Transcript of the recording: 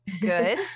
Good